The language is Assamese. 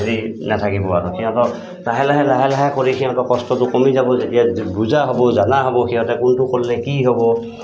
হেৰি নাথাকিব আৰু সিহঁতক লাহে লাহে লাহে লাহে কৰি সিহঁতৰ কষ্টটো কমি যাব যেতিয়া বুজা হ'ব জনা হ'ব সিহঁতে কোনটো কৰিলে কি হ'ব